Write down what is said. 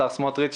השר סמוטריץ',